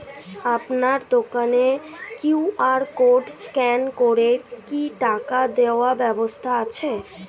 আপনার দোকানে QR code scan করে কি টাকা দেওয়ার ব্যবস্থা আছে?